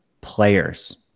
players